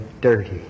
dirty